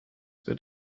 wird